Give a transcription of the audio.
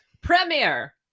premiere